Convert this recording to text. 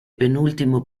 penultimo